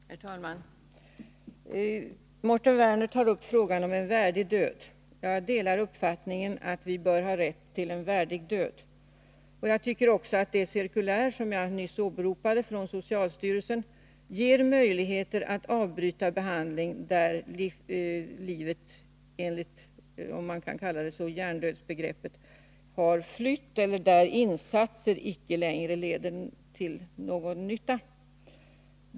Herr talman! Mårten Werner tar upp frågan om en värdig död. Jag delar uppfattningen att vi bör har rätt till en värdig död. Jag tycker också att det av mig nyss oberopade cirkuläret från socialstyrelsen ger möjlighet att avbryta behandlingen där livet enligt hjärndödsbegreppet har flytt eller där insatser icke längre leder till någon nytta.